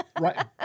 Right